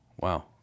Wow